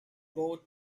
both